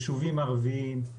יישובים ערביים,